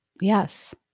Yes